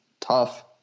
tough